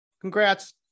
Congrats